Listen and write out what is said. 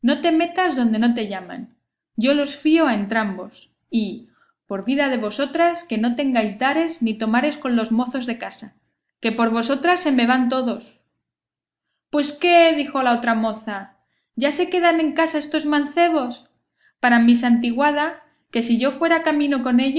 te metas donde no te llaman yo los fío a entrambos y por vida de vosotras que no tengáis dares ni tomares con los mozos de casa que por vosotras se me van todos pues qué dijo otra moza ya se quedan en casa estos mancebos para mi santiguada que si yo fuera camino con